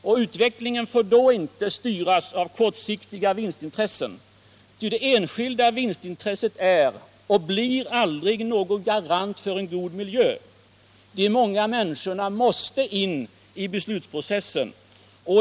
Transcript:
Och utvecklingen får då inte styras av kortsiktiga vinstintressen, ty det enskilda vinstintresset är inte och blir aldrig någon garant för en god miljö. De många människorna måste in i beslutsprocessen.